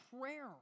prayer